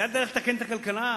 זו הדרך לתקן את הכלכלה?